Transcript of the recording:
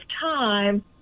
time